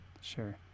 Sure